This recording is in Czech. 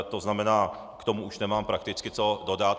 To znamená, k tomu už nemám prakticky, co dodat.